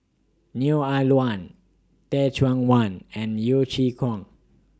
Neo Ah Luan Teh Cheang Wan and Yeo Chee Kiong